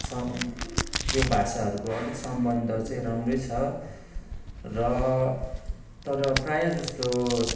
त्यो भाषाहरूको अलिक सम्बन्ध चाहिँ राम्रो छ र तर प्रायःजस्तो